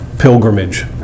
Pilgrimage